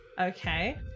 okay